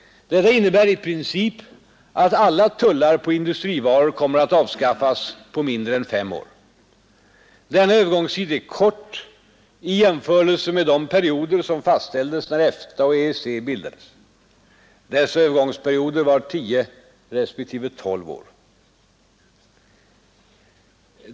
Detta innebär i princip att alla tullar på industrivaror kommer att avskaffas på mindre än fem år. Denna övergångstid är kort i jämförelse med de perioder som fastställdes när EFTA och EEC bildades. Dessa övergångsperioder var 10 respektive 12 år.